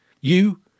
You